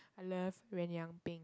I love Yuenyeung Peng